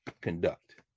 conduct